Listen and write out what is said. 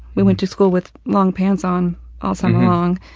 we went to school with long pants on all summer long.